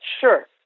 Sure